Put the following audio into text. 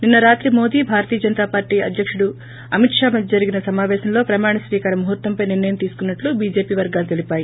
నిన్న రాత్రి మోదీ భారతీయ జనతా పార్లీ అధ్యకుడు అమిత్ షా మధ్య జరిగిన సమావేశంలో ప్రమాణ స్వీకార ముహూర్తంపై నిర్ణయం తీసుకున్నట్లు బీజేపీ వర్గాలు తెలిపాయి